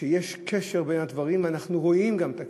היא שיש קשר בין הדברים, ואנחנו גם רואים את הקשר: